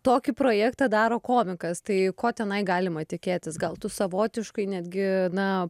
tokį projektą daro komikas tai ko tenai galima tikėtis gal tu savotiškai netgi na